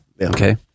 okay